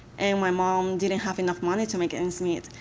and my mom didn't have enough money to make ends meet.